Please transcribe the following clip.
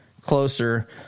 closer